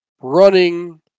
running